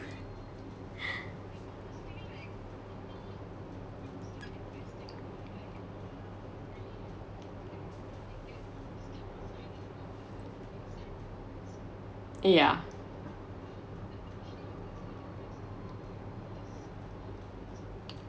yeah